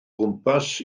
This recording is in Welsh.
gwmpas